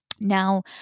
Now